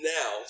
now